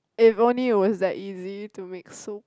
if only it was that easy to make soup